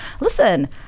Listen